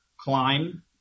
climb